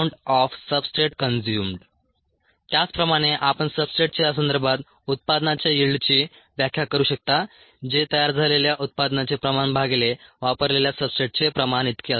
YxSamountofcellsproducedamountofsubstrateconsumed त्याचप्रमाणे आपण सब्सट्रेटच्या संदर्भात उत्पादनाच्या यिल्डची व्याख्या करू शकता जे तयार झालेल्या उत्पादनाचे प्रमाण भागिले वापरलेल्या सब्सट्रेटचे प्रमाण इतके असते